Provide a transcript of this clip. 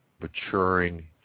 maturing